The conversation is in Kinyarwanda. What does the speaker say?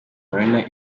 arena